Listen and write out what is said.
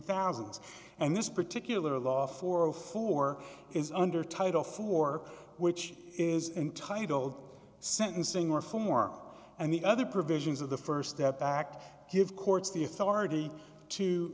thousand and this particular law for four is under title four which is entitled sentencing reform and the other provisions of the st step act give courts the authority to